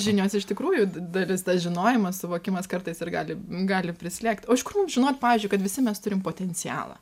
žinios iš tikrųjų dalis tas žinojimas suvokimas kartais ir gali gali prislėgt o iš kur žinot pavyzdžiui kad visi mes turim potencialą